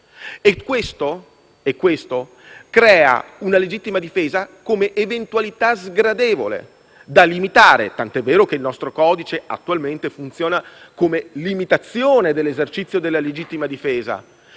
fa sì che la legittima difesa sia intesa come eventualità sgradevole da limitare, tant'è vero che il nostro codice attualmente funziona come limitazione dell'esercizio della legittima difesa;